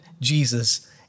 Jesus